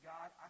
God